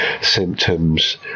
symptoms